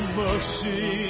mercy